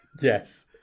Yes